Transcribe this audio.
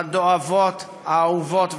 הדואבות, האהובות והיקרות,